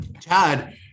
Chad